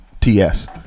TS